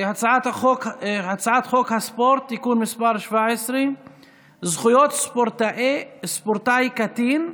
הצעת החוק מתקבלת בקריאה ראשונה ועוברת להכנה לקריאה שנייה